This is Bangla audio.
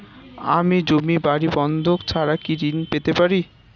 আমি জমি বাড়ি বন্ধক ছাড়া কি ঋণ পেতে পারি?